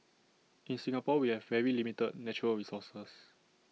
in Singapore we have very limited natural resources